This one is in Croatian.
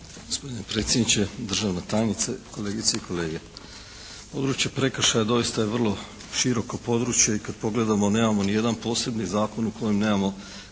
Gospodine predsjedniče, državna tajnice, kolegice i kolege. Područje prekršaja doista je vrlo široko područje i kad pogledamo nemamo nijedan posebni zakon u kojem nemamo